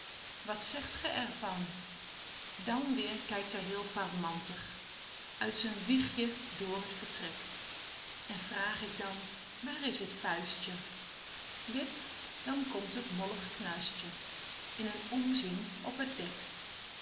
wat zegt ge er van dan weer kijkt hij heel parmantig uit zijn wiegje door t vertrek en vraag ik dan waar is t vuistje wip dan komt het mollig knuistje in een omzien op het dek